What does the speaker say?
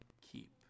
keep